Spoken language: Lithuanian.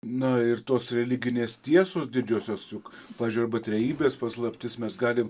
na ir tos religinės tiesos didžiosios juk pavyzdžiui arba trejybės paslaptis mes galim